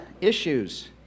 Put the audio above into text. issues